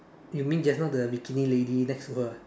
you mean just now the bikini lady next to her ah